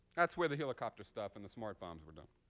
that's where the helicopter stuff and the smart bombs were done.